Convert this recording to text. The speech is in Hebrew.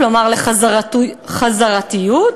כלומר לחזרתיות,